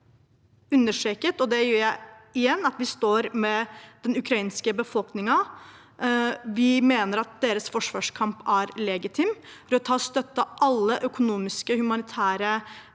har understreket – og det gjør jeg igjen – at vi står sammen med den ukrainske befolkningen. Vi mener at deres forsvarskamp er legitim. Rødt har støttet alle økonomiske, humanitære